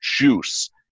juice